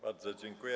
Bardzo dziękuję.